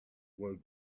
work